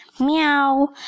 meow